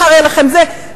מחר יהיה לכם זה,